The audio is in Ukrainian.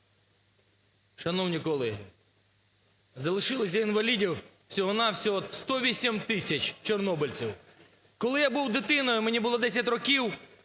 Шановні колеги, залишилося інвалідів всього-на-всього 108 тисяч чорнобильців. Коли я був дитиною, мені було 10 років,